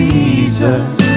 Jesus